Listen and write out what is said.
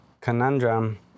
conundrum